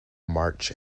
march